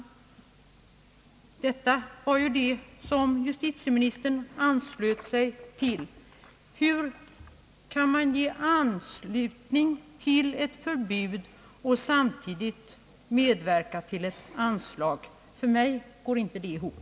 Den uppfattningen anslöt sig justitieministern till. Hur kan man ge sin anslutning till ett förbud av en företeelse och samtidigt medverka till att den får anslag? För mig går det inte ihop.